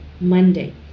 Monday